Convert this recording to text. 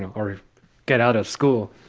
and or get out of school,